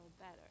better